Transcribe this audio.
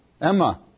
Emma